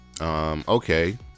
Okay